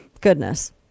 Goodness